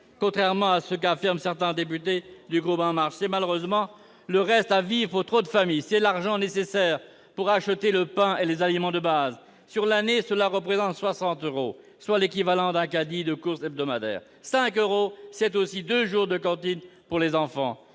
contrairement à ce qu'affirment certains députés du groupe La République en Marche. C'est malheureusement le reste à vivre pour trop de familles. C'est l'argent nécessaire pour acheter le pain et les aliments de base. Sur l'année, cela représente soixante euros, soit l'équivalent d'un caddie de courses hebdomadaires. Cinq euros, c'est aussi deux jours de cantine pour un enfant.